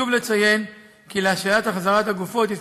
חשוב לציין כי להשהיית החזרת הגופות יש